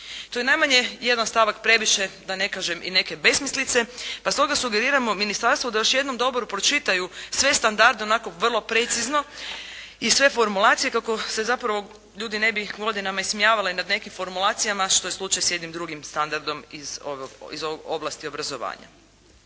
To je najmanje i jedan stavak previše, da ne kažem i neke besmislice, pa stoga sugeriramo ministarstvu da još jednom dobro pročitaju sve standarde, onako vrlo precizno i sve formulacije kako se zapravo ljudi ne bi godinama ismijavali nad nekim formulacijama, što je slučaj s jednim drugim standardom iz ovlasti obrazovanja.